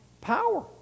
Power